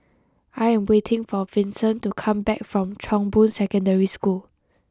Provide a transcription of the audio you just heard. I am waiting for Vincent to come back from Chong Boon Secondary School